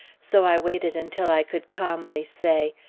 so i waited until i could calmly say,